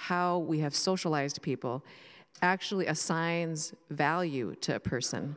how we have socialized people actually assigns value to a person